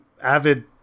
avid